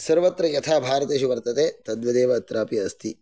सर्वत्र यथा भारते वर्तते तद्वेदेव अत्रापि अस्ति